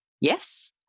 Yes